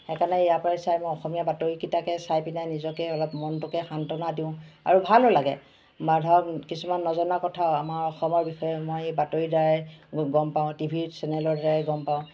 সেইকাৰণে ইয়াৰ পৰাই চাই মই অসমীয়া বাতৰিকেইটাকে চাই পেলাই নিজকে অলপ মনটোকে সান্ত্বনা দিওঁ আৰু ভালো লাগে বা ধৰক কিছুমান নজনা কথা আমাৰ অসমৰ বিষয়ে মই বাতৰিৰ দ্বাৰাই গম পাওঁ টি ভি চেনেলৰ দ্বাৰাই গম পাওঁ